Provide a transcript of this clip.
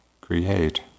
create